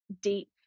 deep